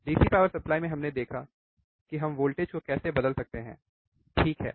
DC power supply में हमने देखा कि हम वोल्टेज को कैसे बदल सकते हैं ठीक है